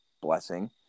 blessing